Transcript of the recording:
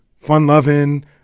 fun-loving